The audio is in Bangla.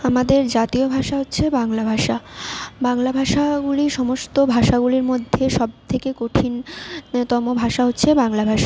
আমাদের জাতীয় ভাষা হচ্ছে বাংলা ভাষা বাংলা ভাষাগুলি সমস্ত ভাষাগুলির মধ্যে সব থেকে কঠিন তম ভাষা হচ্ছে বাংলা ভাষা